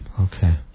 Okay